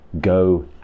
Go